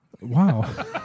Wow